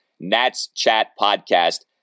NatsChatPodcast